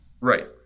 Right